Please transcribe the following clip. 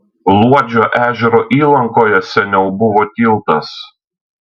luodžio ežero įlankoje seniau buvo tiltas